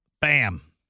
Bam